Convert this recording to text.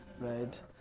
right